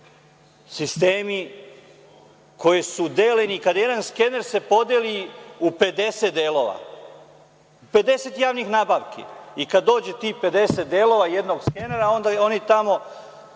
sistemi koji su deljeni… Kad se jedan skener podeli u 50 delova, 50 javnih nabavi i kada dođe tih 50 delova jednog skenera, onda oni tamo